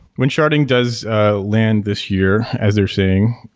when sharding does land this year as they're saying,